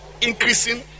increasing